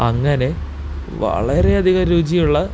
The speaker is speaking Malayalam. അങ്ങനെ വളരെയധികം രുചിയുള്ള